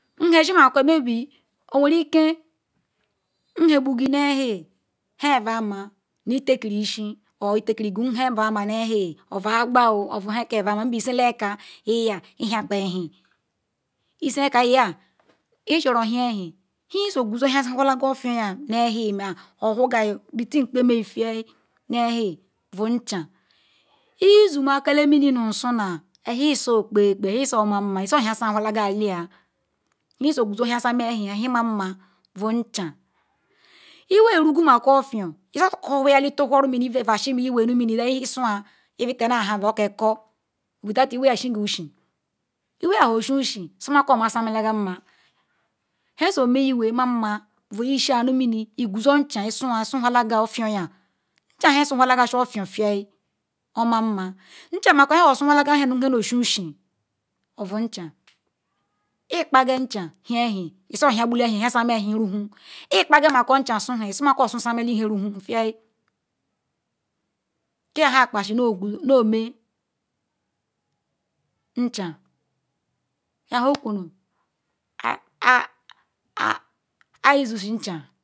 nhen zimakol maybe owerike nhen bog innu hen bama itakiri ishi or hen boma nu enyin izen na ya hen kol enhen kpa hen izen ikpalya enhen enhen owhor gal nu enhen phien bu enchan iguzola mini nu sonna oza mama izoguzu ibchan iwoyikpola urin iguzal ishal nu mini han zin meyin omama ome phien bu inchan enchan nu su halaga han ni sushi obo inchan ikpa inchan hin enhin izahen li enhen ikpaguma nchan hen hen iza han samli ehen ya han zinukwu